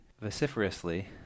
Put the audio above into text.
vociferously